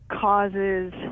causes